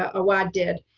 ah awad did